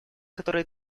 который